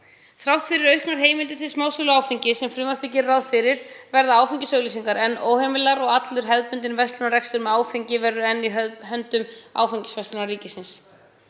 Þrátt fyrir auknar heimildir til smásölu á áfengi sem frumvarpið gerir ráð fyrir verða áfengisauglýsingar enn óheimilar og allur hefðbundinn verslunarrekstur með áfengi verður enn í höndum áfengisverslunar ríkisins.